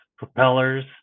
Propellers